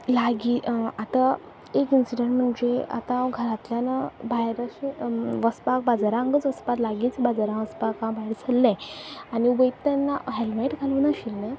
लागीं आतां एक इन्सिडेंट म्हणजे आतां हांव घरांतल्यान भायर अशे वचपाक बाजारांकच वचपाक लागींच बाजारां वचपाक हांव भायर सरलें आनी वयता तेन्ना हॅल्मेट घालूं नाशिल्लें